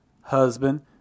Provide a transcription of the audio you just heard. husband